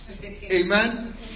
Amen